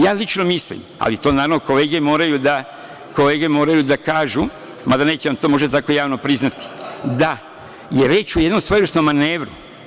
Ja lično mislim, ali to, naravno, kolege moraju da kažu, mada neće vam to možda tako javno priznati, da je reč o jednom svojevrsnom manevru.